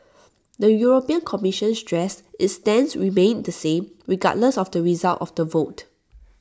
the european commission stressed its stance remained the same regardless of the result of the vote